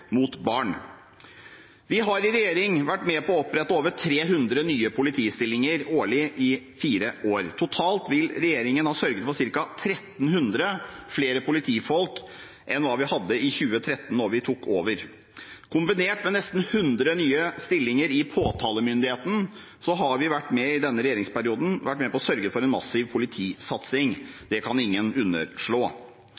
mot barn. Vi har i regjering vært med på å opprette over 300 nye politistillinger årlig i fire år. Totalt vil regjeringen nå sørge for ca. 1 300 flere politifolk enn hva vi hadde i 2013 da vi tok over. Kombinert med nesten 100 nye stillinger i påtalemyndigheten har vi i denne regjeringsperioden vært med på å sørge for en massiv politisatsing.